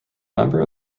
member